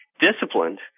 Disciplined